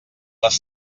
les